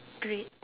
great